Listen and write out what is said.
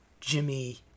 jimmy